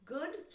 Good